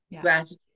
gratitude